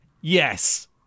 Yes